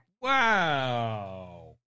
Wow